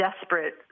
desperate